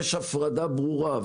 יש הפרדה ברורה,